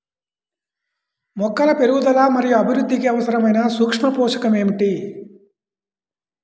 మొక్కల పెరుగుదల మరియు అభివృద్ధికి అవసరమైన సూక్ష్మ పోషకం ఏమిటి?